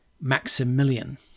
Maximilian